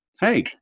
hey